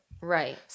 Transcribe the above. Right